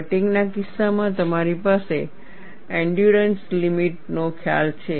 fatigue ના કિસ્સામાં તમારી પાસે એંડયૂરન્સ લિમિટ નો ખ્યાલ છે